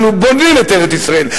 אנחנו בונים את ארץ-ישראל,